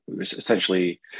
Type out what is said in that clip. essentially